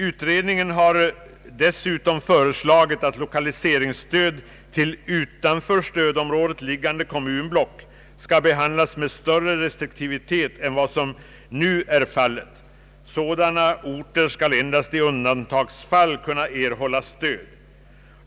Utredningen har dessutom föreslagit att lokaliseringsstöd till utanför stödområdet liggande kommunblock skall behandlas med större restriktivitet än vad som nu är fallet. Sådana orter skall endast i undantagsfall kunna erhålla stöd.